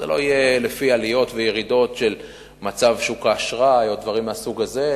שזה לא יהיה לפי עליות וירידות של מצב שוק האשראי או דברים מהסוג הזה,